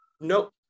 nope